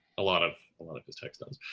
a lot of lot of his text does.